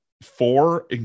four